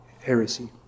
heresy